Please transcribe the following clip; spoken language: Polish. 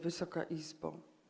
Wysoka Izbo!